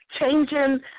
changing